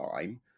time